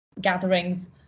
gatherings